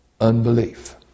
unbelief